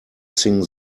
sing